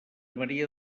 maria